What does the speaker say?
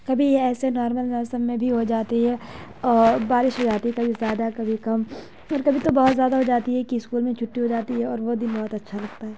کبھی ایسے نارمل موسم میں بھی ہو جاتی ہے اور بارش ہو جاتی ہے کبھی زیادہ کبھی کم پھر کبھی تو بہت زیادہ ہو جاتی ہے کہ اسکول میں چھٹی ہو جاتی ہے اور وہ دن بہت اچھا لگتا ہے